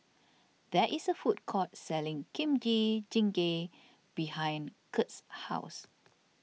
there is a food court selling Kimchi Jjigae behind Curt's house